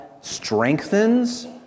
strengthens